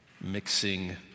mixing